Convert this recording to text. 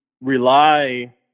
rely